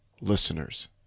listeners